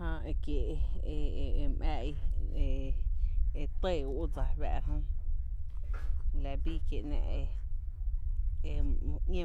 Jää e kiee’ e e e my ää í’ e e tɇɇ úú’ dsa re fⱥⱥ’ra jö nɇ la bii kie’ ‘ñéé